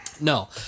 No